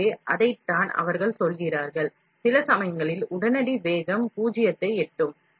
எனவே அதைத்தான் அவர்கள் சொல்கிறார்கள் சில சமயங்களில் உடனடி வேகம் பூஜ்ஜியத்தை எட்டும்